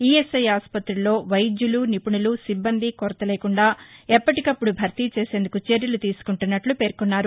ESI ఆసుపత్రుల్లో వైద్యులు నిపుణులు సిబ్బంది కొరత లేకుండా ఎప్పటికప్పుడు భర్తీ చేసేందుకు చర్యలు తీసుకుంటున్నట్లు పేర్కొన్నారు